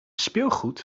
speelgoed